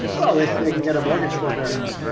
well, they they can get a mortgage forbearance.